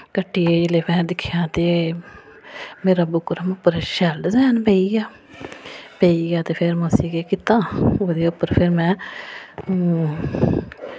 कट्टियै जिल्लै में दिक्खेआ ते मेरा बुकरम पर शैल डिजाइन पेई गेआ पेई गेआ ते फिर में उसी केह् कीता ओह्दे उप्पर फिर में